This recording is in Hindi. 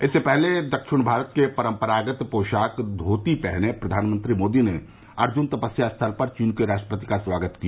इससे पहले दक्षिण भारत के परम्परागत पोषाक धोती पहने प्रधानमंत्री श्री मोदी ने अर्ज्न तपस्या स्थल पर चीन के राष्ट्रपति का स्वागत किया